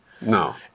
No